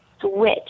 switch